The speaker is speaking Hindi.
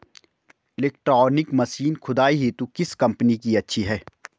इलेक्ट्रॉनिक मशीन खुदाई हेतु किस कंपनी की अच्छी है?